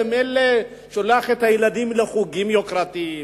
במילא שולח את הילדים לחוגים יוקרתיים,